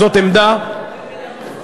זאת עמדה, נגד המסחר